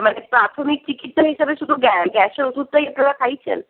মানে প্রাথমিক চিকিৎসা হিসাবে শুধু গ্যাসের ওষুধটাই আপনারা খাইয়েছেন